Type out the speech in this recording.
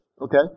Okay